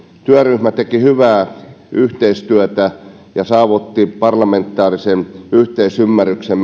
työryhmä teki hyvää yhteistyötä ja saavutti parlamentaarisen yhteisymmärryksen